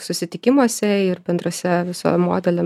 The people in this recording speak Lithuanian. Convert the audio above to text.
susitikimuose ir bendruose viso modelio